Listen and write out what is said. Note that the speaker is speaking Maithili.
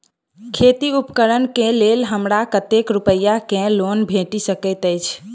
खेती उपकरण केँ लेल हमरा कतेक रूपया केँ लोन भेटि सकैत अछि?